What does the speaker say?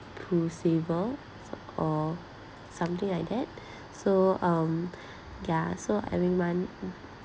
prusaver or something like that so um yeah every month